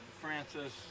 Francis